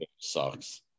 sucks